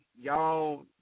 y'all